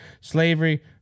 slavery